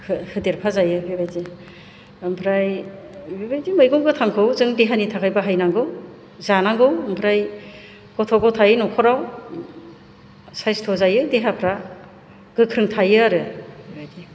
होदेरफा जायो बेबायदि ओमफ्राय बेबायदि मैगं गोथांखौ जों देहानि थाखाय बाहायनांगौ जानांगौ ओमफ्राय गथ' गथाय न'खराव सायस्थ' जायो देहाफ्रा गोख्रों थायो आरो बेबायदि